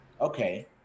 okay